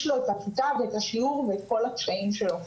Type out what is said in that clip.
לו את הכיתה ואת השיעור ואת כל הקשיים שלו.